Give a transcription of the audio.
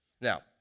Now